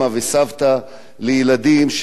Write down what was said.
אמא וסבתא לילדים,